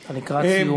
אתה לקראת סיום.